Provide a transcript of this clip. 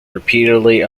repeatedly